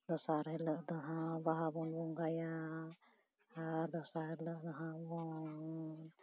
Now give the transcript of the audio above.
ᱫᱚᱥᱟᱨ ᱦᱤᱞᱳᱜ ᱫᱚ ᱵᱟᱦᱟ ᱵᱚᱱ ᱵᱚᱸᱜᱟᱭᱟ ᱟᱨ ᱫᱚᱥᱟᱨ ᱦᱤᱞᱚᱜ ᱦᱟᱸᱜ ᱵᱚᱱ